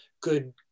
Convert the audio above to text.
good